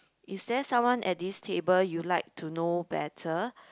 is there someone at this table you like to know better